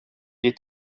est